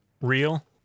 Real